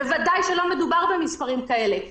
בוודאי שלא מדובר במספרים כאלה.